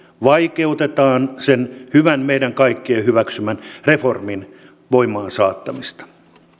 vaikeutetaan sen hyvän meidän kaikkien hyväksymän reformin voimaan saattamista